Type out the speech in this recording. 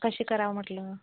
कशी करावं म्हटलं